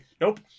nope